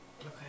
Okay